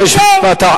שאת דואגת,